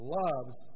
loves